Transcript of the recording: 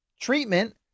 treatment